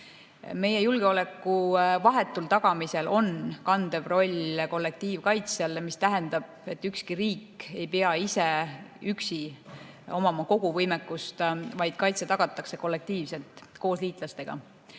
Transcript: Meie julgeoleku vahetul tagamisel on kandev roll kollektiivkaitsel, mis tähendab, et ükski riik ei pea ise üksi omama kogu võimekust, vaid kaitse tagatakse kollektiivselt, koos liitlastega.